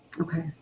Okay